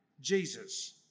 Jesus